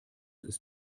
ist